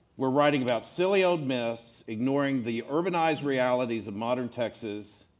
were writing about silly old myths, ignoring the urbanized realities of modern texas.